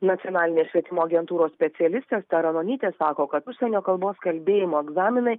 nacionalinės švietimo agentūros specialistė asta ranonytė sako kad užsienio kalbos kalbėjimo egzaminai